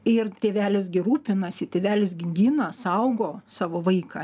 ir tėvelis gi rūpinasi tėvelis gi gina saugo savo vaiką